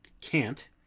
cant